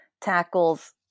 tackles